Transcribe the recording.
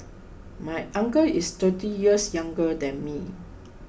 my uncle is thirty years younger than me